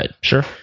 Sure